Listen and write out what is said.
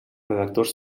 redactors